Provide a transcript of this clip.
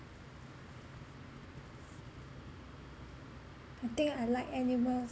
I think I like animals